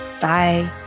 Bye